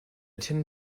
tin